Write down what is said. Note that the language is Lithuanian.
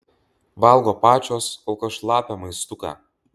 valgo pačios kol kas šlapią maistuką